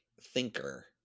thinker